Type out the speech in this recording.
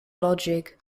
logic